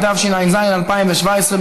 התשע"ז 2017,